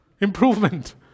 improvement